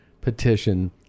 petition